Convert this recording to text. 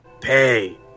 pay